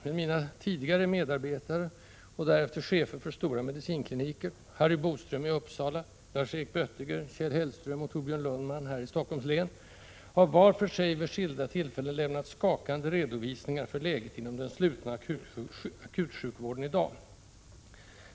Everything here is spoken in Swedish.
Men mina tidigare medarbetare och därefter chefer för stora medicinkliniker Harry Boström i Uppsala, Lars Erik Böttiger, Kjell Hellström och Torbjörn Lundman här i Stockholms län har var för sig vid skilda tillfällen lämnat skakande redovisningar för läget inom den slutna akutsjukvården av i dag.